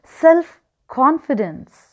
self-confidence